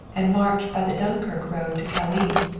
and march by the dunkirk road to calais?